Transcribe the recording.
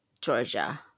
Georgia